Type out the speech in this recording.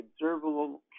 observable